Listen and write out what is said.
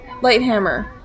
Lighthammer